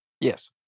Yes